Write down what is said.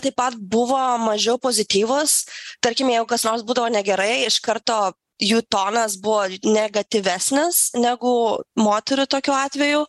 taip pat buvo mažiau pozityvūs tarkim jeigu kas nors būdavo negerai iš karto jų tonas buvo negatyvesnis negu moterų tokiu atveju